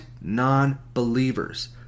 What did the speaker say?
non-believers